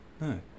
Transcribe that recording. No